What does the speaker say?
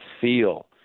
feel